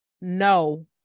no